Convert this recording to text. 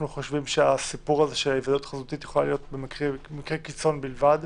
אנחנו חושבים שההיוועצות החזותית יכולה להיות במקרי קיצון בלבד.